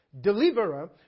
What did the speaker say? deliverer